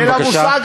בבקשה.